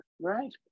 right